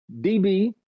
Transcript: DB